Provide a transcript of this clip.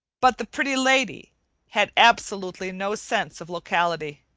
but the pretty lady had absolutely no sense of locality.